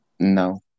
No